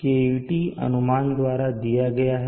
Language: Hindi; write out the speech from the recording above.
KeT अनुमान द्वारा दिया गया है